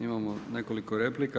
Imamo nekoliko replika.